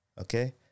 okay